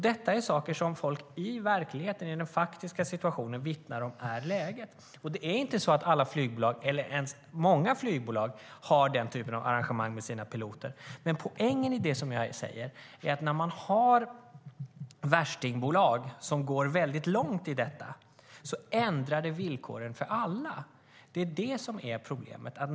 Det är sådant som folk i verkligheten, i den faktiska situationen, vittnar om. Det är inte så att alla flygbolag, eller ens många, har den typen av arrangemang med sina piloter, men poängen i det jag säger är att när det finns värstingbolag som går väldigt långt ändrar det villkoren för alla. Det är det som är problemet.